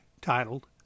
titled